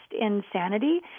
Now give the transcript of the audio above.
insanity